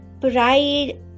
pride